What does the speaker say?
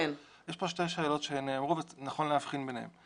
יש פה שתי שאלות שנאמרו ונכון להבחין ביניהן.